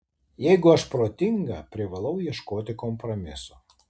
jeigu aš protinga privalau ieškoti kompromiso